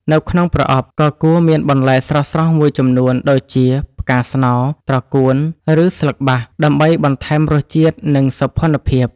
នៅក្នុងប្រអប់ក៏គួរមានបន្លែស្រស់ៗមួយចំនួនដូចជា ផ្កាស្នោ ត្រកួន ឬស្លឹកបាស ដើម្បីបន្ថែមរសជាតិ និងសោភ័ណភាព។